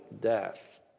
death